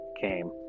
came